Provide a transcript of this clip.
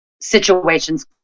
situations